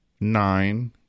Nine